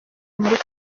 muri